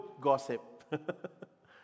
gossip